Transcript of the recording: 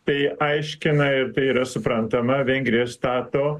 tai aiškina ir tai yra suprantama vengrija stato